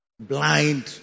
blind